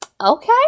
okay